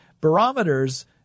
Barometers